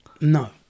No